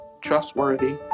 trustworthy